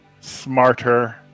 smarter